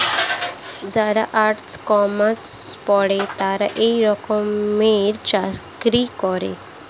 যারা অঙ্ক, কমার্স পরে তারা এই রকমের চাকরি করে